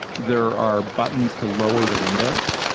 there are buttons to lower the windows.